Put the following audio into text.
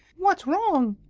what's wrong?